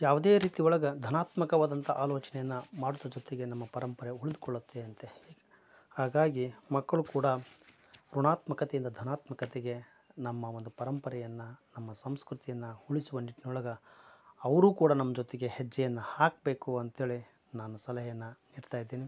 ಯಾವುದೇ ರೀತಿ ಒಳಗೆ ಧನಾತ್ಮಕವಾದಂಥ ಆಲೋಚ್ನೆಯನ್ನ ಮಾಡುವುದರ ಜೊತೆಗೆ ನಮ್ಮ ಪರಂಪರೆ ಉಳುದ್ಕೊಳತ್ತೆ ಅಂತೆ ಹಾಗಾಗಿ ಮಕ್ಕಳು ಕೂಡ ಋಣಾತ್ಮಕತೆಯಿಂದ ಧನಾತ್ಮಕತೆಗೆ ನಮ್ಮ ಒಂದು ಪರಂಪರೆಯನ್ನ ನಮ್ಮ ಸಂಸ್ಕೃತಿಯನ್ನ ಉಳಿಸುವ ನಿಟ್ನೊಲಗೆ ಅವರು ಕೂಡ ನಮ್ಮ ಜೊತೆಗೆ ಹೆಜ್ಜೆಯನ್ನ ಹಾಕಬೇಕು ಅಂತೇಳಿ ನಾನು ಸಲಹೆಯನ್ನ ನೀಡ್ತಾ ಇದ್ದೀನಿ